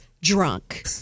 drunk